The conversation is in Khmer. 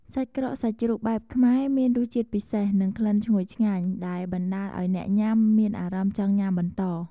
សាច់ក្រកសាច់ជ្រូកបែបខ្មែរ មានរសជាតិពិសេស និងក្លិនឈ្ងុយឆ្ងាញ់ ដែលបណ្តាលឱ្យអ្នកញ៉ាំមានអារម្មណ៍ចង់ញ៉ាំបន្ត។